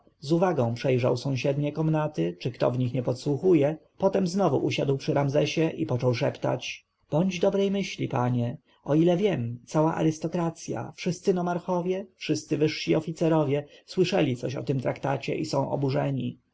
uwagą przejrzał sąsiednie komnaty czy kto w nich nie podsłuchuje potem znowu usiadł przy ramzesie i począł szeptać bądź dobrej myśli panie o ile wiem cała arystokracja wszyscy nomarchowie wszyscy wyżsi oficerowie słyszeli coś o tym traktacie i są oburzeni